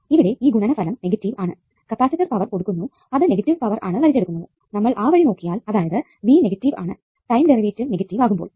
ഇവിടെ ഈ ഗുണനഫലം നെഗറ്റീവ് ആണ് കപ്പാസിറ്റർ പവർ കൊടുക്കുന്നു അത് നെഗറ്റീവ് പവർ ആണ് വലിച്ചെടുക്കുന്നത് നമ്മൾ ആ വഴി നോക്കിയാൽ അതായത് V നെഗറ്റീവ് ആണ് ടൈം ഡെറിവേറ്റീവ് നെഗറ്റീവ് ആകുമ്പോൾ